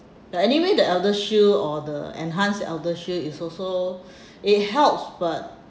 but anyway the ElderShield or the enhanced ElderShield it also it helps but